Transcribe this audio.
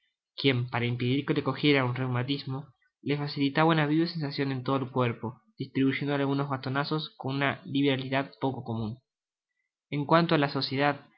quien para impedir que le cogiera un reumatismo le facilitaba una viva sensacion en todo el cuerpo distribuyéndole algunos bastonazos con una liberalidad poco comun en cuanto á la sociedad